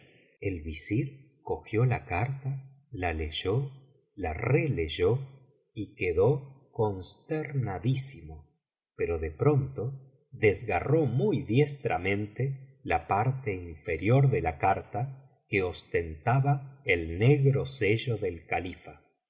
el visir cogió la carta la leyó la releyó y quedó consternadísimo pero de pronto desgarró muy diestramente la parte inferior de la carta que ostentaba el negro sello del califa se